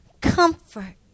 comfort